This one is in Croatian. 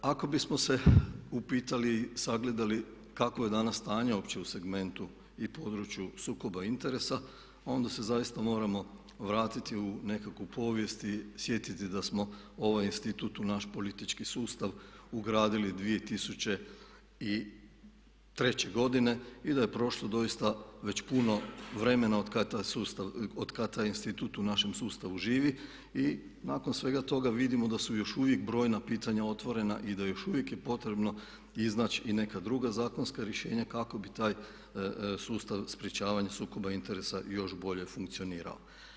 Ako bismo se upitali, sagledali kakvo je danas stanje uopće u segmentu i području sukoba interesa, onda se zaista moramo vratiti u nekakvu povijest i sjetiti da smo ovaj institut u naš politički sustav ugradili 2003. godine i da je prošlo doista već puno vremena od kad taj sustav, od kad taj institut u našem sustavu živi i nakon svega toga vidimo da su još uvijek brojna pitanja otvorena i da još uvijek je potrebno iznaći i neka druga zakonska rješenja kako bi taj sustav sprječavanja sukoba interesa još bolje funkcionirao.